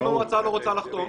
ואם המועצה לא רוצה לחתום?